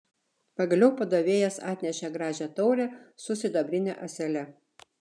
pagaliau padavėjas atnešė gražią taurę su sidabrine ąsele